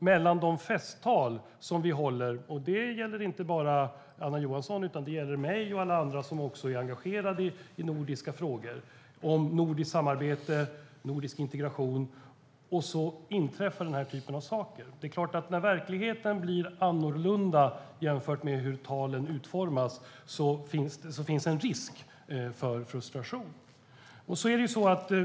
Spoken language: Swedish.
Det handlar om de festtal som vi håller - det gäller inte bara Anna Johansson, utan det gäller mig och alla andra som är engagerade i nordiska frågor, nordiskt samarbete och nordisk integration - och att den här typen av saker sedan inträffar. När verkligheten blir annorlunda jämfört med hur talen utformas är det klart att det finns en risk för frustration.